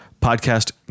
Podcast